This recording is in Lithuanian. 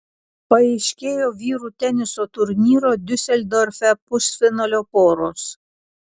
paaiškėjo vyrų teniso turnyro diuseldorfe pusfinalio poros